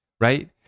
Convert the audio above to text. right